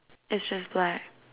it's just black